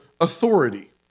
authority